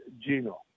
Gino